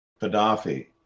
Gaddafi